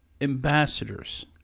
ambassadors